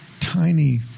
tiny